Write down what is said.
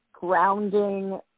grounding